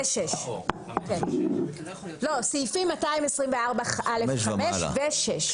סעיפים 224(א)(5) ו-(6).